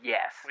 Yes